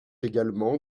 également